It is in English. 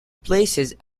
places